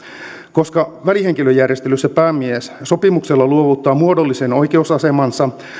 koska välihenkilöjärjestelyssä päämies sopimuksella luovuttaa muodollisen oikeusasemansa